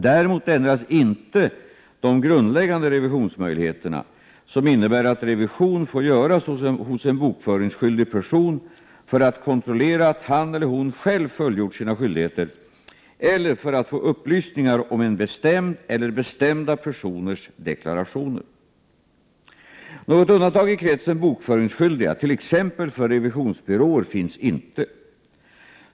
Däremot ändrades inte de grundläggande revisionsmöjligheterna, som innebär att revision får göras hos en bokföringsskyldig person för att kontrollera att han eller hon själv fullgjort sina skyldigheter eller för att få upplysningar om en bestämd persons deklaration eller bestämda personers deklarationer. Något undantag i kretsen bokföringsskyldiga, t.ex. för revisionsbyråer, finns inte.